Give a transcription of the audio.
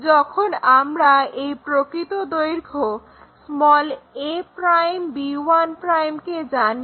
যখন আমরা এই প্রকৃত দৈর্ঘ্য a'b1' কে জানি